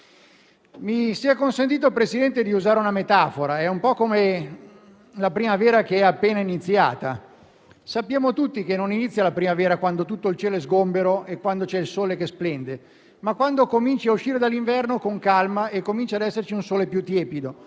mi sia consentito di usare una metafora: è un po' come la primavera, che è appena iniziata. Sappiamo tutti che essa non inizia quando tutto il cielo è sgombero e quando c'è il sole che splende, ma quando si comincia a uscire dall'inverno, con calma, e comincia ad esserci un sole più tiepido.